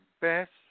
best